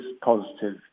positive